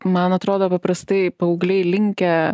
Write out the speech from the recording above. man atrodo paprastai paaugliai linkę